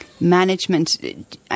management